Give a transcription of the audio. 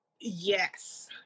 yes